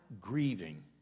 grieving